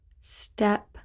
Step